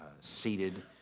seated